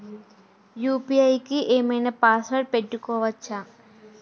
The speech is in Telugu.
యూ.పీ.ఐ కి ఏం ఐనా పాస్వర్డ్ పెట్టుకోవచ్చా?